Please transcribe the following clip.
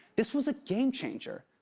this was a game-changer.